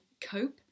cope